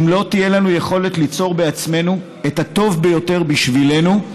אם לא תהיה לנו יכולת ליצור בעצמנו את הטוב ביותר בשבילנו,